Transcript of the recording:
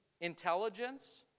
intelligence